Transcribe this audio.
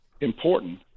important